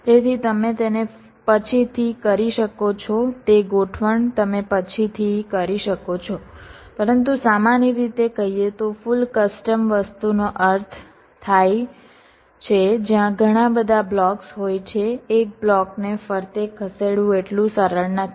તેથી તમે તેને પછીથી કરી શકો છો તે ગોઠવણ તમે પછીથી કરી શકો છો પરંતુ સામાન્ય રીતે કહીએ તો ફુલ કસ્ટમ વસ્તુનો અર્થ થાય છે જ્યાં ઘણા બધા બ્લોક્સ હોય છે એક બ્લોકને ફરતે ખસેડવું એટલું સરળ નથી